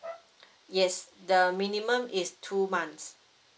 yes the minimum is two months